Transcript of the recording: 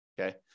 okay